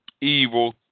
evil